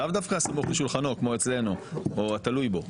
לאו דווקא הסמוך לשולחנו כמו אצלנו או התלוי בו.